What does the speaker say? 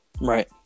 Right